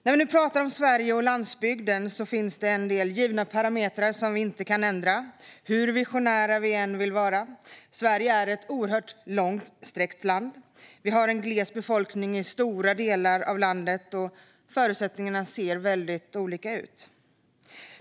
När vi nu pratar om Sverige och landsbygden finns det en del givna parametrar som vi inte kan ändra, hur visionära vi än vill vara. Sverige är ett oerhört långsträckt land. Vi har en gles befolkning i stora delar av landet, och förutsättningarna ser väldigt olika ut.